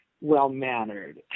well-mannered